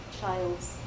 child's